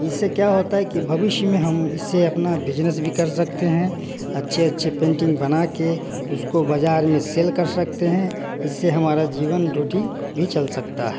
इससे क्या होता है कि भविष्य में हम इससे अपना बिजनेस भी कर सकते हैं अच्छे अच्छे पेंटिंग बना के उसको बाजार में सेल कर सकते हैं इससे हमारा जीवन रोटी भी चल सकता है